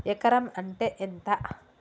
ఎకరం అంటే ఎంత?